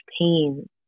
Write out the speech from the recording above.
pain